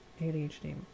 ADHD